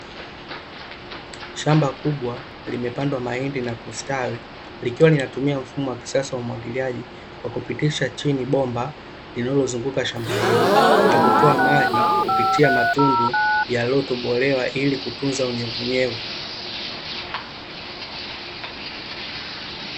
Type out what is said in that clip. Shamba kubwa limepandwa mahindi na kustawi likiwa linatumia mfumo wa kisasa wa umwagiliaji kwa kupitisha chini bomba lililozunguka shamba hilo na kutoa maji kupitia matundu yaliyotobolewa ili kutunza unyevunyevu.